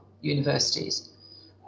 universities